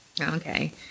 Okay